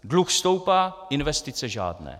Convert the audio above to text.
Dluh stoupá, investice žádné.